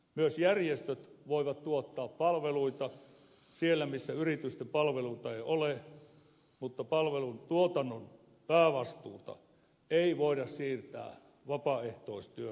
myös järjestöt voivat tuottaa palveluita siellä missä yritysten palveluita ei ole mutta palvelutuotannon päävastuuta ei voida siirtää vapaaehtoistyön varaan